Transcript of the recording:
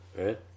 right